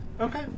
Okay